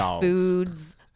foods